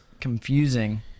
confusing